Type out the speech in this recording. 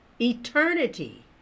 eternity